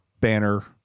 banner